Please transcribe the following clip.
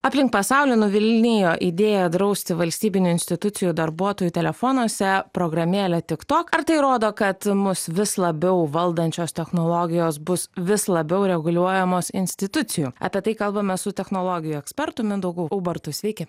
aplink pasaulį nuvilnijo idėja drausti valstybinių institucijų darbuotojų telefonuose programėlę tiktok ar tai rodo kad mus vis labiau valdančios technologijos bus vis labiau reguliuojamos institucijų apie tai kalbame su technologijų ekspertu mindaugu ubartu sveiki